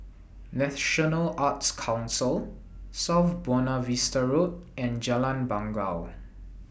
National Arts Council South Buona Vista Road and Jalan Bangau